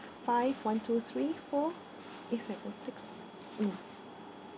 five one two three four eight seven six mm